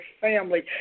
family